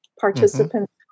participants